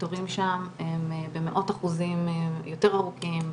התורים שם הם במאות אחוזים יותר ארוכים,